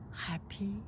happy